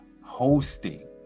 hosting